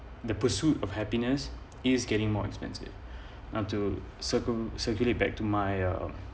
the pursuit of happiness is getting more expensive and to circle circulate back to my uh